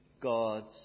God's